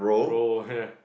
roar [heh]